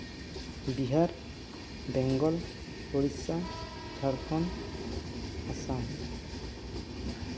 Bihar Bengal Odisha Jharkhand Assam